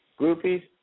Groupies